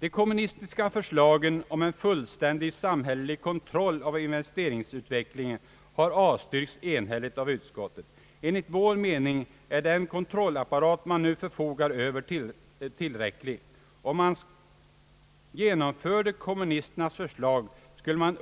De kommunistiska förslagen om en fullständig samhällelig kontroll av investeringsutvecklingen har avstyrkts enhälligt av utskottet. Enligt vår mening är den kontrollapparat man nu förfogar Över tillräcklig. Om man genomför kommunisternas förslag skulle man